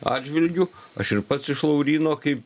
atžvilgiu aš ir pats iš lauryno kaip